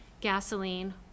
gasoline